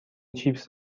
چیپس